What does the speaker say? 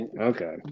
Okay